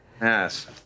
yes